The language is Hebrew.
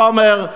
חומר,